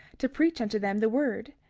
to preach unto them the word.